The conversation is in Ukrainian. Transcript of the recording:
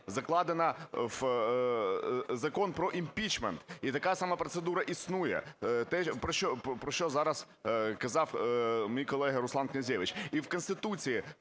закладена в Закон про імпічмент і така сама процедура існує, те, про що зараз казав мій колега Руслан Князевич. І в Конституції